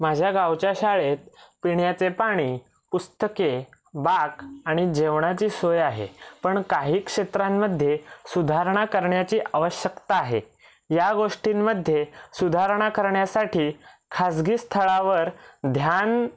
माझ्या गावच्या शाळेत पिण्याचे पाणी पुस्तके बाक आणि जेवणाची सोय आहे पण काही क्षेत्रांमध्ये सुधारणा करण्याची आवश्यकता आहे या गोष्टींमध्ये सुधारणा करण्यासाठी खाजगी स्थळावर ध्यान